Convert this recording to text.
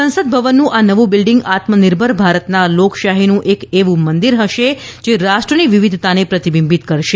સંસદ ભવનનું આ નવું બિલ્ડીંગ આત્મનિર્ભર ભારતના લોકશાહીનું એક એવું મંદિર હશે જે રાષ્ટ્રની વિવિધતાને પ્રતિબિંબિત કરશે